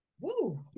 Woo